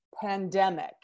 pandemic